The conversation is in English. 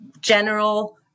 general